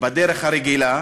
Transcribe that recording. בדרך הרגילה,